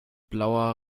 blauer